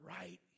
right